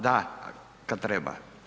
Da, kad treba.